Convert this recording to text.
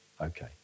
Okay